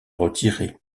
retirer